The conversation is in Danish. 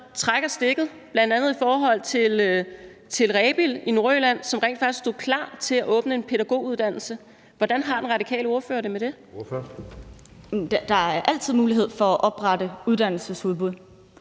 trækker stikket, bl.a. i forhold til Rebild i Nordjylland, som rent faktisk stod klar til at åbne en pædagoguddannelse. Hvordan har den radikale ordfører det med det? Kl. 15:29 Anden næstformand